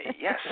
Yes